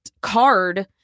card